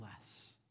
less